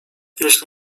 jeśli